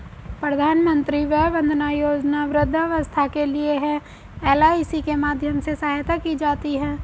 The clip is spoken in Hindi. प्रधानमंत्री वय वंदना योजना वृद्धावस्था के लिए है, एल.आई.सी के माध्यम से सहायता की जाती है